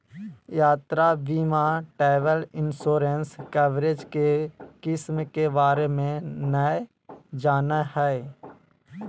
यात्रा बीमा travel insurance coverage के किस्म के बारे में नय जानय हइ